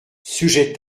sujet